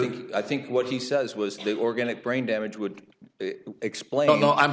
think i think what he says was that organic brain damage would explain no i'm